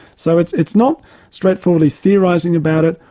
so it's it's not straightforwardly theorising about it,